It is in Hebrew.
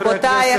רבותי,